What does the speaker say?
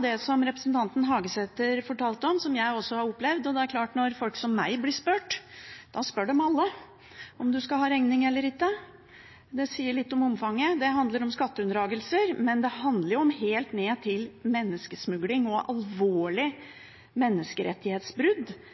det som representanten Hagesæter fortalte om, som jeg også har opplevd. Når folk som meg blir spurt, spør de alle om de skal ha regning eller ikke. Det sier litt om omfanget. Det handler om skatteunndragelser, og det handler om helt ned til menneskesmugling og